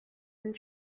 and